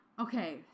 Okay